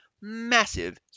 massive